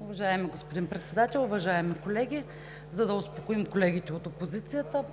Уважаеми господин Председател, уважаеми колеги! За да успокоим колегите от опозицията,